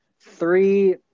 three